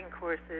courses